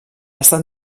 estat